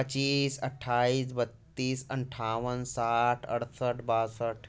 पच्चीस अठाईस बत्तीस अट्ठावन साठ अड़सठ बासठ